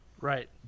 Right